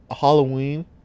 Halloween